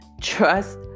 trust